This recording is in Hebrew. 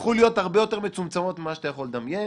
הפכו להיות הרבה יותר מצומצמות ממה שאתה יכול לדמיין,